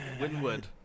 Winwood